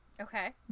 Okay